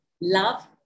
love